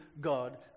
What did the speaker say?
God